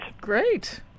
Great